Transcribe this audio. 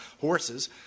horses